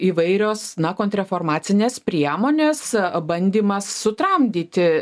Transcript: įvairios na kontrreformacinės priemonės bandymas sutramdyti